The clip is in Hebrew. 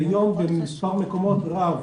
האירוע הוא במס' מקומות רב,